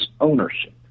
ownership